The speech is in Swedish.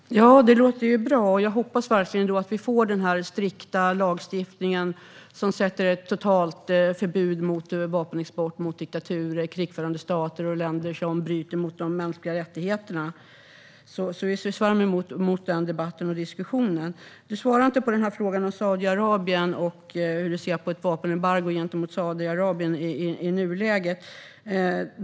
Herr talman! Det låter bra, och jag hoppas verkligen att vi får den här strikta lagstiftningen som sätter ett totalt förbud mot vapenexport till diktaturer, krigförande stater och länder som bryter mot de mänskliga rättigheterna. Vi ser fram emot den debatten och diskussionen. Du svarade inte på frågan om hur du ser på ett vapenembargo gentemot Saudiarabien i nuläget, Krister Örnfjäder.